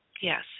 Yes